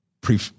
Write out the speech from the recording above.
pre